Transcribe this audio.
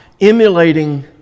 emulating